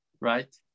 right